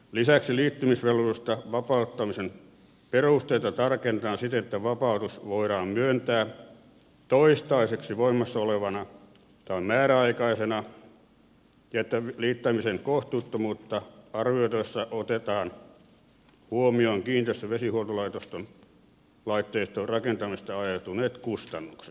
lisäksi liittymisvelvollisuudesta vapauttamisen perusteita tarkennetaan siten että vapautus voidaan myöntää toistaiseksi voimassa olevana tai määräaikaisena ja että liittämisen kohtuuttomuutta arvioitaessa otetaan huomioon kiinteistön vesihuoltolaitteiston rakentamisesta aiheutuneet kustannukset